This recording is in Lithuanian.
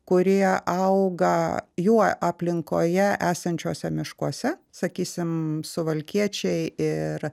kurie auga jų aplinkoje esančiuose miškuose sakysim suvalkiečiai ir